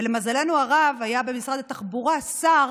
ולמזלנו הרב היה במשרד התחבורה שר